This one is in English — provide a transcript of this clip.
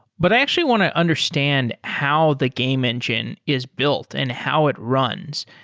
but i actually want to understand how the game engine is built and how it runs.